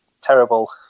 terrible